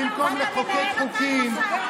במקום לחוקק חוקים,